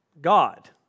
God